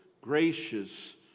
gracious